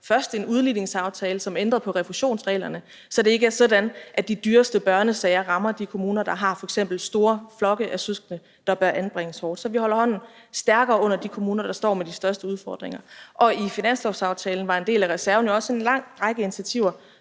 først en udligningsaftale, som ændrede på refusionsreglerne, så det ikke er sådan, at de dyreste børnesager rammer de kommuner, der f.eks. har store flokke af søskende, der bør anbringes hårdt. Så vi holder hånden stærkere under de kommuner, der står med de største udfordringer, og i finanslovsaftalen var en del af reserven jo også en lang række af initiativer